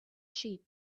sheep